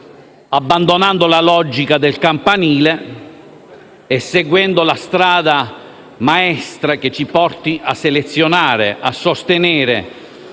abbandonando la logica del campanile e seguendo una strada maestra, che ci porti a selezionare ed a sostenere